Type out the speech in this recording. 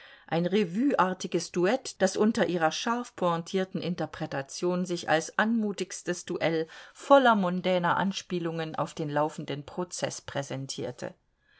ein revueartiges duett das unter ihrer scharf pointierten interpretation sich als anmutigstes duell voller mondäner anspielungen auf den laufenden prozeß präsentierte